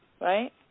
right